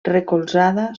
recolzada